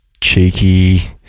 cheeky